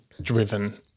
driven